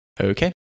Okay